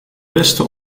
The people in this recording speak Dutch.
beste